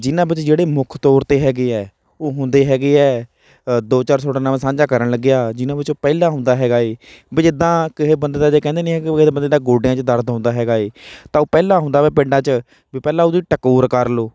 ਜਿਹਨਾਂ ਵਿੱਚ ਜਿਹੜੇ ਮੁੱਖ ਤੌਰ 'ਤੇ ਹੈਗੇ ਆ ਉਹ ਹੁੰਦੇ ਹੈਗੇ ਆ ਦੋ ਚਾਰ ਤੁਹਾਡੇ ਨਾਲ ਮੈਂ ਸਾਂਝਾ ਕਰਨ ਲੱਗਿਆ ਜਿਹਨਾਂ ਵਿੱਚੋਂ ਪਹਿਲਾ ਹੁੰਦਾ ਹੈਗਾ ਹੈ ਵੀ ਜਿੱਦਾਂ ਕਿਸੇ ਬੰਦੇ ਦਾ ਜੇ ਕਹਿੰਦੇ ਨਹੀਂ ਬੰਦੇ ਦਾ ਗੋਡਿਆਂ 'ਚ ਦਰਦ ਹੁੰਦਾ ਹੈਗਾ ਹੈ ਤਾਂ ਉਹ ਪਹਿਲਾਂ ਹੁੰਦਾ ਵਾ ਪਿੰਡਾਂ 'ਚ ਵੀ ਪਹਿਲਾਂ ਉਹਦੀ ਟਕੋਰ ਕਰ ਲਓ